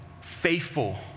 faithful